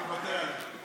אני מוותר עליה.